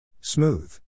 Smooth